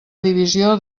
divisió